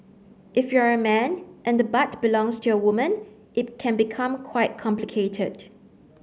if you're a man and the butt belongs to a woman it can become quite complicated